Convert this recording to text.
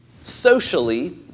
socially